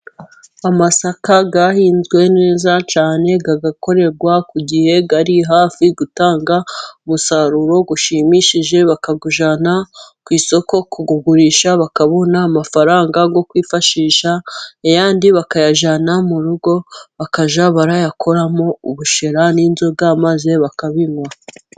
Amasaka ahinzwe neza cyane agakorerwa ku gihe ari hafi gutanga umusaruro ushimishije bakawujyana ku isoko kugurisha, bakabona amafaranga yo kwifashisha ayandi bakayajyana mu rugo bakajya barayakoramo ubushera n'inzoga maze bakabinywa.